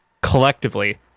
collectively